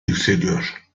yükseliyor